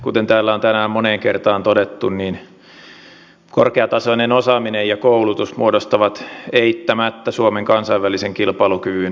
kuten täällä on tänään moneen kertaan todettu korkeatasoinen osaaminen ja koulutus muodostavat eittämättä suomen kansainvälisen kilpailukyvyn selkärangan